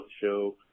show